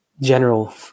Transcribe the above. general